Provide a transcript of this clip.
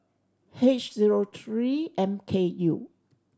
H zero tree M K U